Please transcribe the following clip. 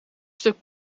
stuk